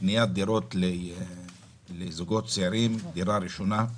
בניית דירות לזוגות צעירים, דירה ראשונה.